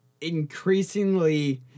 increasingly